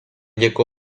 jeko